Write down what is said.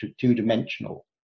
two-dimensional